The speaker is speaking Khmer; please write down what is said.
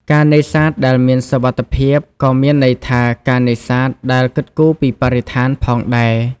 ការនេសាទដែលមានសុវត្ថិភាពក៏មានន័យថាការនេសាទដែល គិតគូរពីបរិស្ថាន ផងដែរ។